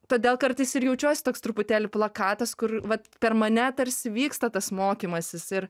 todėl kartais ir jaučiuosi toks truputėlį plakatas kur vat per mane tarsi vyksta tas mokymasis ir